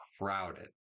crowded